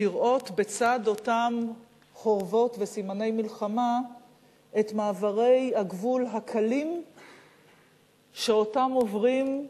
לראות בצד אותם חורבות וסימני מלחמה את מעברי הגבול שאותם עוברים בקלות,